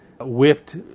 whipped